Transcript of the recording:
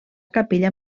capella